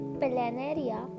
planaria